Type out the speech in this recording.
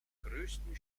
größten